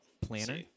Planner